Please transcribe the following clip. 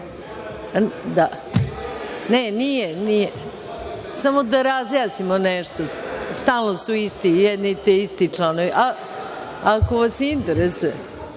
Poslovnika. Samo da razjasnimo nešto. Stalno su isti, jedni te isti članovi. Ako vas interesuje